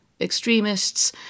extremists